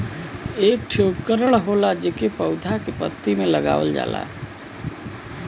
एक ठे उपकरण होला जेके पौधा के पत्ती में लगावल जाला